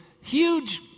huge